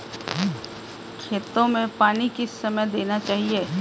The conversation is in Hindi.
खेतों में पानी किस समय देना चाहिए?